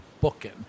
booking